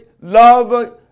love